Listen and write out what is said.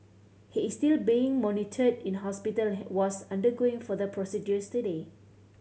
he is still being monitored in hospital was undergoing further procedures today